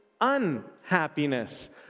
unhappiness